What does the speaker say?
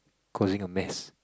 causing a mess